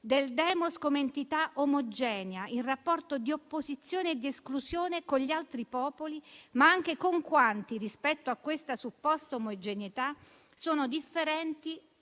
del *demos* come entità omogenea, in rapporto di opposizione e di esclusione con gli altri popoli, ma anche con quanti, rispetto a questa supposta omogeneità, sono differenti